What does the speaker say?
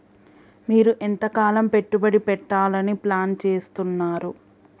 మీరు ఎంతకాలం పెట్టుబడి పెట్టాలని ప్లాన్ చేస్తున్నారు?